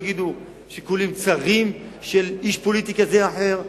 תגידו שיקולים צרים של איש פוליטי כזה או אחר,